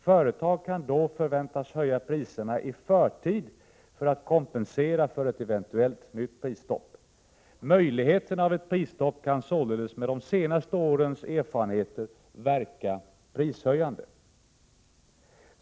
Företag kan då förväntas höja priserna i förtid för att kompensera för ett eventuellt nytt prisstopp. Möjligheterna av ett prisstopp kan således med de senaste årens erfarenheter verka prishöjande.